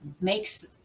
makes